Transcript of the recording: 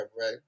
right